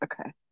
Okay